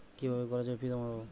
কিভাবে কলেজের ফি জমা দেবো?